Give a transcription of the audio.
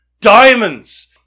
diamonds